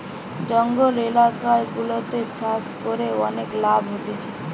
জঙ্গল এলাকা গুলাতে চাষ করে অনেক লাভ হতিছে